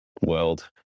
World